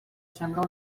sembla